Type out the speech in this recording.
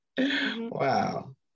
wow